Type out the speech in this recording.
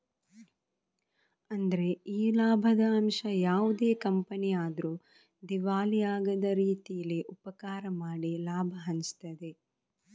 ಅಂದ್ರೆ ಈ ಲಾಭದ ಅಂಶ ಯಾವುದೇ ಕಂಪನಿ ಆದ್ರೂ ದಿವಾಳಿ ಆಗದ ರೀತೀಲಿ ಉಪಕಾರ ಮಾಡಿ ಲಾಭ ಹಂಚ್ತದೆ